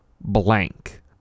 blank